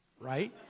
right